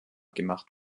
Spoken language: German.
gemacht